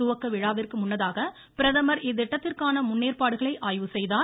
துவக்க விழாவிற்கு முன்னதாக பிரதமர் இத்திட்டத்திற்கான முன்னேற்பாடுகளை ஆய்வு செய்தார்